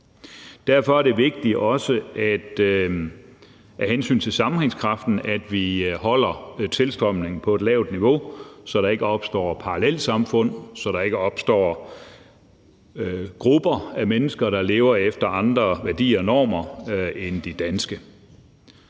Derfor er det også af hensyn til sammenhængskraften vigtigt, at vi holder tilstrømningen på et lavt niveau, så der ikke opstår parallelsamfund, og så der ikke opstår grupper af mennesker, der lever efter andre værdier og normer end de danske.